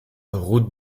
route